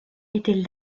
était